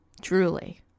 Truly